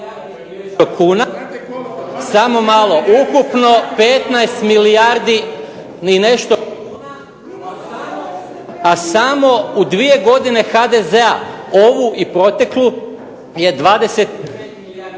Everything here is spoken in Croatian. Samo malo, ukupno 15 milijardi i nešto kuna, a samo u 2 godine HDZ-a, ovu i proteklu, je 25 milijardi